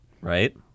Right